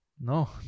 no